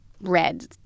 red